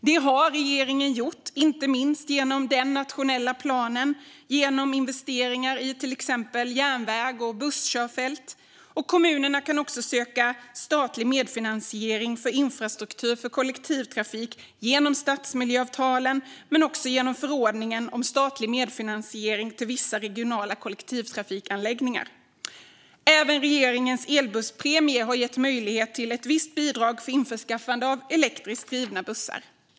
Det har regeringen gjort, inte minst genom den nationella planen och investeringar i till exempel järnvägar och busskörfält, och kommuner kan söka statlig medfinansiering för infrastruktur för kollektivtrafik genom stadsmiljöavtalen men också genom förordningen om statlig medfinansiering till vissa regionala kollektivtrafikanläggningar. Även regeringens elbusspremie har gett möjlighet till ett visst bidrag för införskaffande av elektriskt drivna bussar.